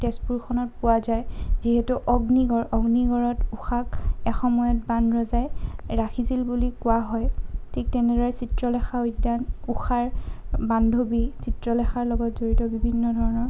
তেজপুৰখনত পোৱা যায় যিহেতু অগ্নিগড় অগ্নিগড়ত ঊষাক এসময়ত বাণ ৰজাই ৰাখিছিল বুলি কোৱা হয় ঠিক তেনেদৰে চিত্ৰলেখা উদ্যান ঊষাৰ বান্ধৱী চিত্ৰলেখাৰ লগত জড়িত বিভিন্ন ধৰণৰ